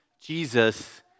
Jesus